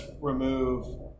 remove